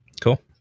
Cool